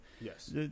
yes